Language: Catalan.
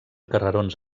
carrerons